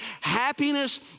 Happiness